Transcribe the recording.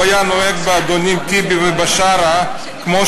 הוא היה נוהג באדונים טיבי ובשארה כמו